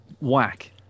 whack